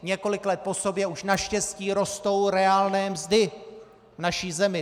Několik let po sobě už naštěstí rostou reálné mzdy v naší zemi.